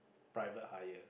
private hire